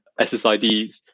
SSIDs